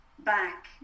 back